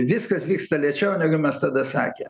viskas vyksta lėčiau negu mes tada sakėm